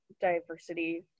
Diversity